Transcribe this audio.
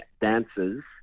dancers